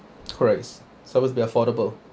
price supposed be affordable